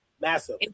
massive